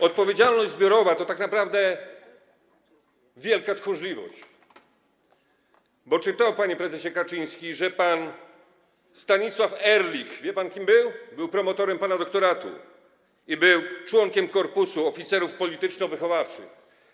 Odpowiedzialność zbiorowa to tak naprawdę wielka tchórzliwość, bo czy to, panie prezesie Kaczyński, że pan Stanisław Ehrlich - wie pan, kim on był - był promotorem pana doktoratu i członkiem korpusu oficerów polityczno-wychowawczych.